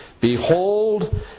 Behold